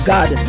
God